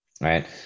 Right